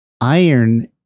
iron